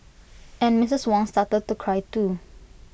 and Mrs Wong started to cry too